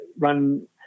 Run